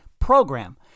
Program